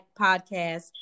podcast